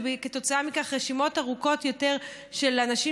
וכתוצאה מכך רשימות ארוכות יותר של אנשים